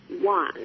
one